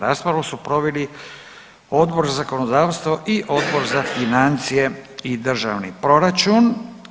Raspravu su proveli Odbor za zakonodavstvo i Odbor za financije i državni proračun.